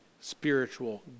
spiritual